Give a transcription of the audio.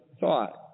thought